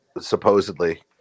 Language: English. supposedly